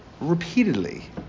Repeatedly